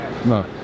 No